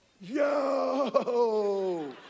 Yo